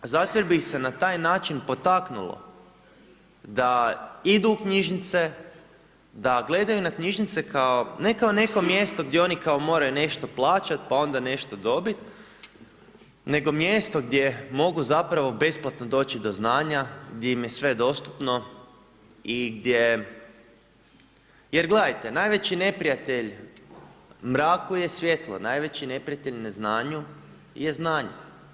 Zato jer bi ih se na taj način potaknulo da idu u knjižnice, da gledaju na knjižnice kao, ne kao neko mjesto gdje oni kao moraju nešto plaćat pa onda nešto dobi, nego mjesto gdje mogu zapravo besplatno doći do znanja, gdje im je sve dostupno i gdje, jer gledajte najveći neprijatelj mraku je svijetlo, najveći neprijatelj neznanju je znanje.